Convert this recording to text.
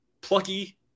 plucky